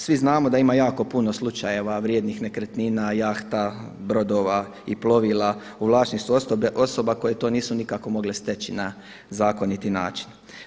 Svi znamo da ima jako puno slučajeva vrijednih nekretnina, jahta, brodova i plovila u vlasništvu osoba koje to nisu nikako mogli steći na zakoniti način.